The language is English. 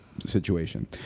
situation